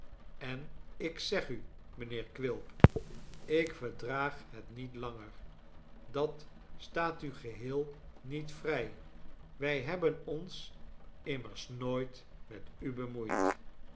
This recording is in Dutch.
en ik zeg u mijnheer quilp ik verdraag het niet langer dat staat u geheel niet vrij wij hebben ons immers nooit met u bemoeid